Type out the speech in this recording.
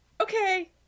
okay